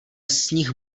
sníh